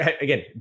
again